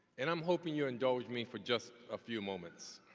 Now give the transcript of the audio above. and i'm hoping you indulge me for just a few moments.